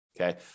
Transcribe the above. okay